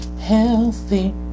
healthy